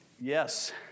Yes